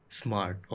smart